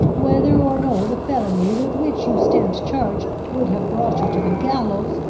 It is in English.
whether or no the felony with which you stand charged would have brought you to the gallows,